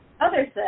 Others